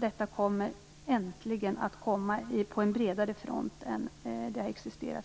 Detta kommer äntligen på en bredare front än